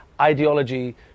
ideology